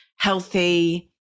healthy